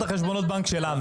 חשבונות הבנק שלנו.